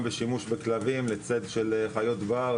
גם בשימוש בכלבים לציד של חיות בר,